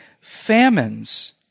famines